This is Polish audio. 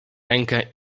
rękę